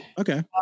Okay